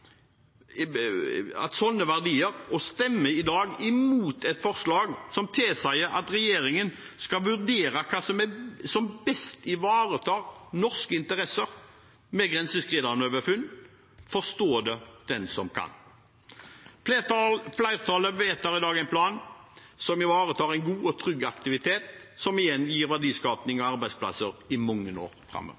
verdier og i dag stemmer imot et forslag om at regjeringen skal vurdere hva som best ivaretar norske interesser ved grenseoverskridende funn. Forstå det den som kan. Flertallet vedtar i dag en plan som ivaretar en god og trygg aktivitet, som igjen gir verdiskaping og arbeidsplasser i mange år framover.